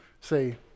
say